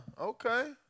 Okay